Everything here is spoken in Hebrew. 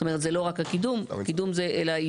זאת אומרת, זה לא רק הקידום, אלא גם